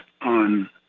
on